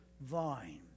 vine